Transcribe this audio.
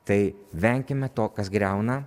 tai venkime to kas griauna